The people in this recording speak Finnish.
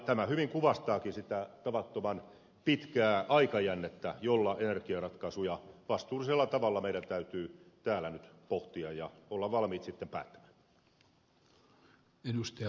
tämä hyvin kuvastaakin sitä tavattoman pitkää aikajännettä jolla meidän täytyy täällä nyt energiaratkaisuja vastuullisella tavalla pohtia ja olla valmiit sitten päättämään